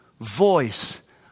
voice